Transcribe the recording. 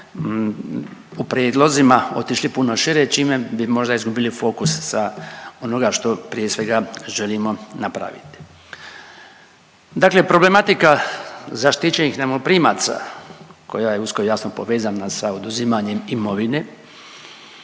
u prijedlozima otišli puno šire, čime bi možda izgubili fokus sa onoga što prije svega želimo napraviti. Dakle problematika zaštićenih najmoprimaca koja je usko i jasno povezana sa oduzimanjem imovine